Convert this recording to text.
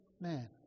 man